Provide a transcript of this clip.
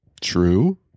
True